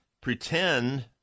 pretend